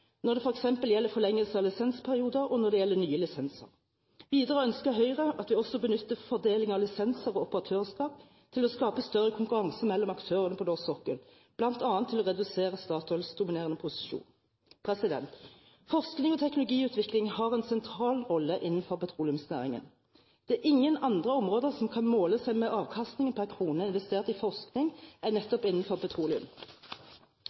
når det f.eks. gjelder forlengelse av lisensperioder, og når det gjelder nye lisenser. Videre ønsker Høyre at vi også benytter fordeling av lisenser og operatørskap til å skape større konkurranse mellom aktørene på norsk sokkel, bl.a. til å redusere Statoils dominerende posisjon. Forskning og teknologiutvikling har en sentral rolle innenfor petroleumsnæringen. Det er ingen andre områder som kan måle seg med avkastningen per krone investert i forskning enn nettopp innenfor petroleum.